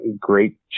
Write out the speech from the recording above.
Great